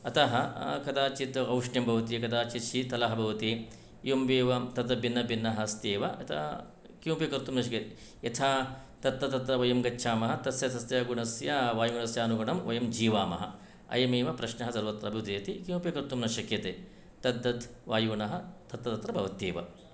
अतः कदाचित् औष्ण्यं भवति कदाचित् शीतलः भवति एवमेवं तत्र भिन्नभिन्नः अस्ति एव अतः किमपि कर्तुं न यथा तत्र तत्र वयं गच्छामः तस्य तस्य गुणस्य वायुगुणस्यानुगुणं वयं जीवामः अयमेव प्रश्नः सर्वत्रापि उदयति किमपि कर्तुं न शक्यते तत्तत् वायुगुणः तत्र तत्र भवत्येव